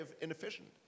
inefficient